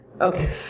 Okay